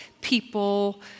people